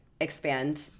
expand